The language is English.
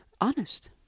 honest